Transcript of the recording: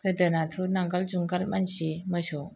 गोदोनाथ' नांगोल जुंगाल मानसि मोसौ